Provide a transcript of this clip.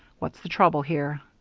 what's the trouble here?